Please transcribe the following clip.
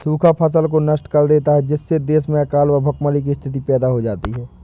सूखा फसल को नष्ट कर देता है जिससे देश में अकाल व भूखमरी की स्थिति पैदा हो जाती है